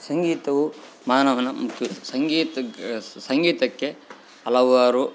ಸಂಗೀತವು ಮಾನವನ ಮುಖ್ಯ ಸಂಗೀತಗೆ ಸಂಗೀತಕ್ಕೆ ಹಲವಾರು